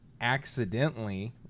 accidentally